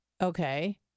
Okay